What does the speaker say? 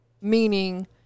meaning